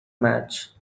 match